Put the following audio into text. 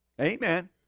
Amen